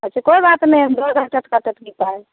अच्छा कोइ बात नहि दऽ देब टटका टटकी पाइ